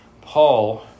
Paul